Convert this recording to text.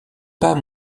pas